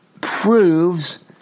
proves